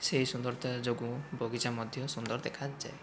ସେହି ସୁନ୍ଦରତା ଯୋଗୁଁ ବଗିଚା ମଧ୍ୟ ସୁନ୍ଦର ଦେଖାଯାଏ